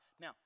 Now